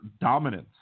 dominance